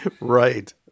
Right